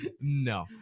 No